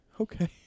okay